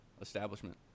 establishment